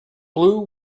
blue